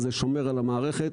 זה שומר על המערכת,